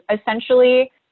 essentially